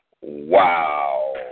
Wow